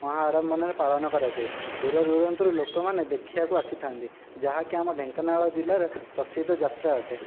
ମହାଆଡ଼ମ୍ବନାରେ ପାଳନ କରାଯାଏ ଦୂର ଦୁରାନ୍ତନରୁ ଲୋକମାନେ ଦେଖିବାକୁ ଆସିଥାନ୍ତି ଯାହାକି ଆମ ଢେଙ୍କାନାଳ ଜିଲ୍ଲାରେ ପ୍ରସିଦ୍ଧ ଯାତ୍ରା ଅଟେ